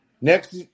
Next